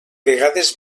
vegades